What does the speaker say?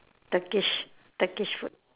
turkish turkish food